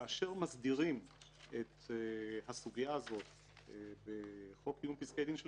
כאשר מסדירים את הסוגיה הזו בחוק קיום פסקי דין של